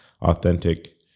authentic